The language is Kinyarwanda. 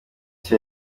cha